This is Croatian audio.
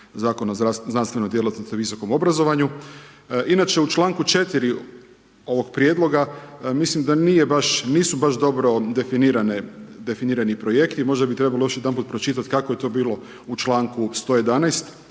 Zakona o znanstvenoj djelatnosti i visokom obrazovanju, inače u članku 4. ovog prijedloga mislim da nisu baš dobro definirani projekti, možda bi trebalo još jedanput pročitat kako je to bilo u članku 111.